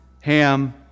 Ham